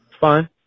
fine